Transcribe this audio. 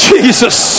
Jesus